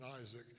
Isaac